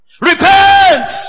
Repent